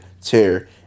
tear